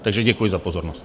Takže děkuji za pozornost.